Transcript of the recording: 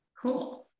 Cool